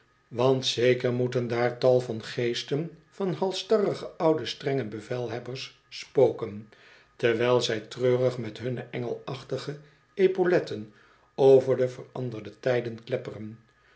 want zeker moeten daar tal van geesten van halsstarrige oude strenge bevelhebbers spoken terwijl zij treurig met hunne engelachtige epauletten over de veranderde tijden klepperen